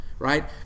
right